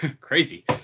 crazy